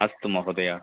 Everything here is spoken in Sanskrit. अस्तु महोदय